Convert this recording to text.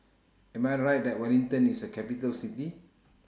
Am I Right that Wellington IS A Capital City